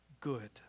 good